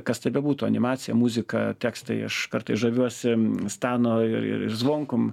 kas tai bebūtų animacija muzika tekstai aš kartais žaviuosi stano ir ir zvonkum